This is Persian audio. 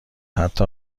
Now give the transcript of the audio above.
حتی